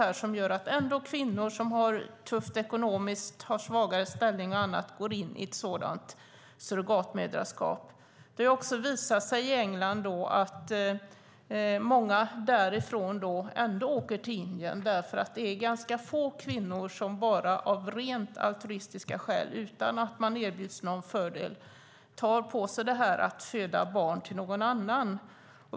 Det handlar om kvinnor som har det tufft ekonomiskt, svagare ställning och annat går in i ett surrogatmoderskap. Det har också visat sig i England att många därifrån ändå åker till Indien därför att det är ganska få kvinnor som bara av rent altruistiska skäl utan att de erbjuds någon fördel tar på sig att föda barn till någon annan.